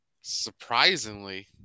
Surprisingly